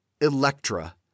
Electra